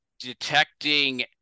detecting